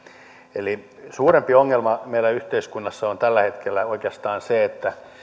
eli suurempi ongelma meillä yhteiskunnassa on tällä hetkellä oikeastaan se että